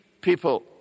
people